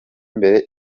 imbere